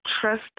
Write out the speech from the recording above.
trust